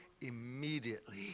immediately